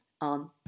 on